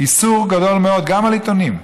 איסור גדול מאוד, גם על עיתונים,